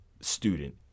student